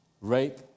rape